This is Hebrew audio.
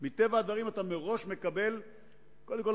קודם כול,